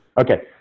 okay